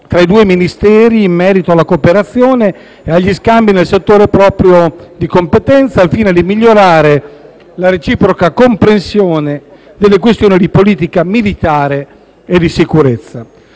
tra i due Ministeri in merito alla cooperazione e agli scambi nel settore di propria competenza, al fine di migliorare la reciproca comprensione sulle questioni di politica militare e di sicurezza.